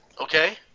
okay